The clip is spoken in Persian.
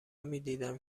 میدیدم